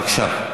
בבקשה.